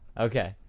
Okay